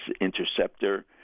interceptor